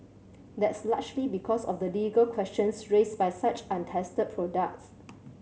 that's largely because of the legal questions raised by such untested products